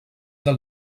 del